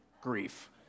grief